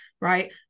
right